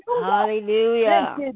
Hallelujah